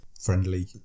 friendly